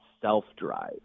self-drive